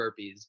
burpees